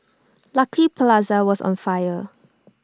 Lucky Plaza was on fire